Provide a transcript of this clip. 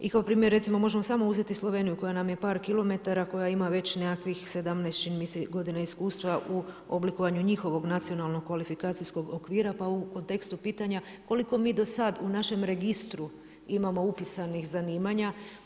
I kao primjer recimo možemo uzeti samo Sloveniju koja nam je par kilometara koja ima već nekakvih 17 čini mi se godina iskustva u oblikovanju njihovog nacionalnog kvalifikacijskog okvira pa u kontekstu pitanja koliko mi do sad u našem registru imamo upisanih zanimanja?